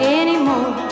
anymore